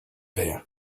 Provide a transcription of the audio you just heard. here